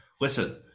listen